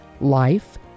Life